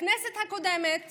בכנסת הקודמת